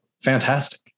fantastic